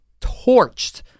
Torched